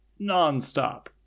nonstop